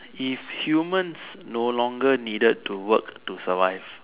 if humans no longer needed to work to survive